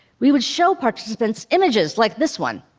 we would show participants images like this one.